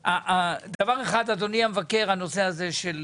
דבר אחד, אדוני המבקר, הנושא הזה של